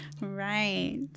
Right